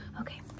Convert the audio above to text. Okay